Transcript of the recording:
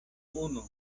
unu